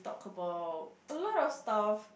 about a lot of stuff